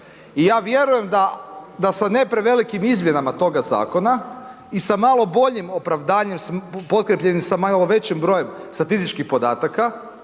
I ja vjerujem da, da sa ne prevelikim izmjenama toga zakona i sa malo opravdanjem potkrijepljenim sa malo većim brojem statističkih podataka,